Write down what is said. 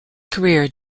career